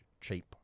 cheap